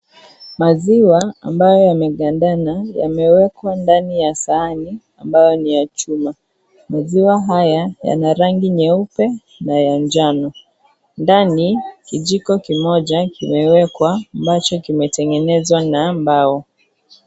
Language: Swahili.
Maziwa ambayo yamegandana yamewekwa ndni ya sahani ambayo ni ya chuma. Maziwa haya yana rangi nyeupe na ya njano, ndani kijiko kimoja kimewekwa ambacho kimetengenezwa na mbao.